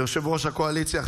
יושב-ראש הקואליציה,